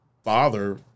Father